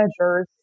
managers